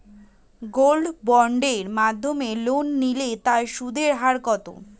Gold বন্ডের মাধ্যমে loan নিলে তার সুদের হার কত?